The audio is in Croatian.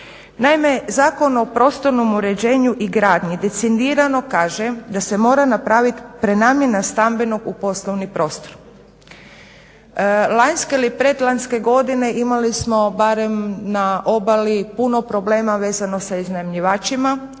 Naime Zakon o prostornom uređenju i gradnji decidirano kaže da se mora napraviti prenamjena stambenog u poslovni prostor. Lanjske ili preklanjske godine imali smo barem na obali puno problema vezano sa iznajmljivačima,